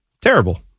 Terrible